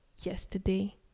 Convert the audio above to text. yesterday